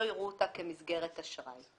לא יראו אותה כמסגרת אשראי".